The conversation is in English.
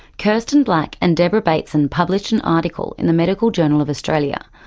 kirsten black and deborah bateson published an article in the medical journal of australia.